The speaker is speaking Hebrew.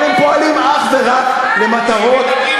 תפעל למען כל אזרחי ישראל.